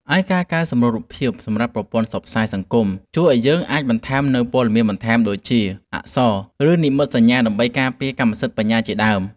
ឯការកែសម្រួលរូបភាពសម្រាប់ប្រព័ន្ធផ្សព្វផ្សាយសង្គមជួយឱ្យយើងអាចបន្ថែមនូវព័ត៌មានបន្ថែមដូចជា អក្សរ ឬ និមិត្តសញ្ញា ដើម្បីការពារកម្មសិទ្ធិបញ្ញាជាដើម។